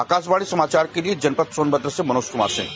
आकाशवाणी समाचार के लिए जनपद सोनभद्र से मनोज कुमार सिंह